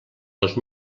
dos